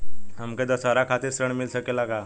हमके दशहारा खातिर ऋण मिल सकेला का?